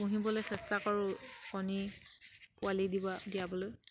পুহিবলে চেষ্টা কৰোঁ কণী পোৱালি দিব দিয়াবলৈ